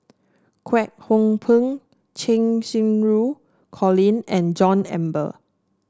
Kwek Hong Png Cheng Xinru Colin and John Eber